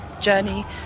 journey